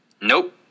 Nope